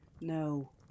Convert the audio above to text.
No